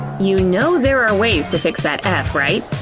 you know there are ways to fix that f, right?